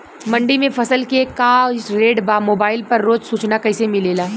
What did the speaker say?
मंडी में फसल के का रेट बा मोबाइल पर रोज सूचना कैसे मिलेला?